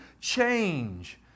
change